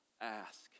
ask